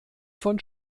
von